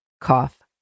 cough